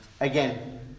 Again